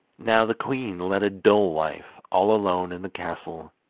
now the queen led a dull life all alone in the castle,